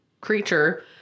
creature